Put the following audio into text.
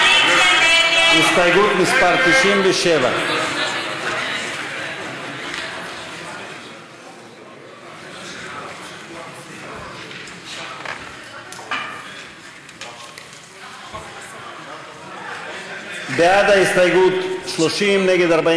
הסתייגות מס' 97. ההסתייגות (97) של קבוצת סיעת